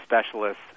specialists